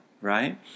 right